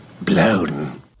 blown